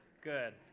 Good